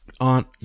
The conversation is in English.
on